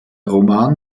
roman